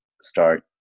start